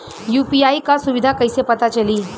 UPI क सुविधा कैसे पता चली?